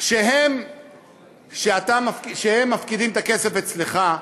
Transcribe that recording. כשהם מפקידים את הכסף אצלך,